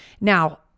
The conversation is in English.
Now